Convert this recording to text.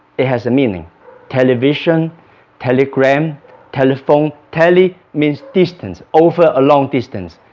it has a meaning television telegram telephone, tele means distance over a long distance,